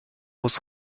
muss